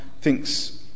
thinks